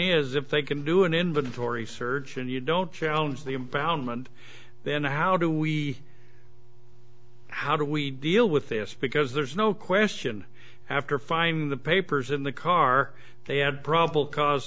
is if they can do an inventory search and you don't challenge the impoundment then how do we how do we deal with this because there's no question after finding the papers in the car they had probable cause